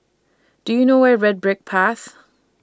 Do YOU know Where IS Red Brick Path